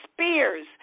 Spears